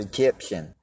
Egyptian